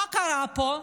מה קרה פה?